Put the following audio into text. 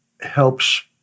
helps